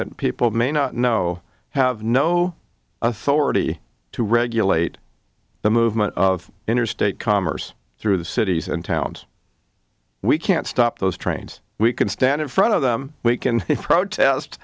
that people may not know have no authority to regulate the movement of interstate commerce through the cities and towns we can't stop those trains we can stand in front of them we can protest